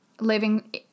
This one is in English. living